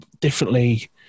differently